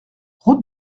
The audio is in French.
route